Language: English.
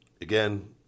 again